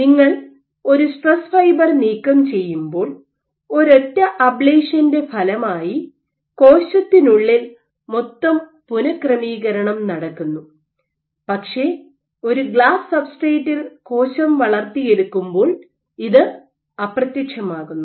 നിങ്ങൾ ഒരു stress fibre നീക്കം ചെയ്യുമ്പോൾ ഒരൊറ്റ അബ്ളേഷന്റെ ഫലമായി കോശത്തിനുള്ളിൽ മൊത്തം പുനക്രമീകരണം നടക്കുന്നു പക്ഷേ ഒരു ഗ്ലാസ് സബ്സ്ട്രേറ്റിൽ കോശം വളർത്തിയെടുക്കുമ്പോൾ ഇത് അപ്രത്യക്ഷമാകുന്നു